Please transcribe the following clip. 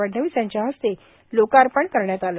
फडणवीस यांच्या हस्ते लोकार्पण करण्यात आले